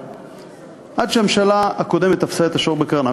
עד שהממשלה הקודמת תפסה את השור בקרניו,